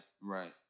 right